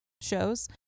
shows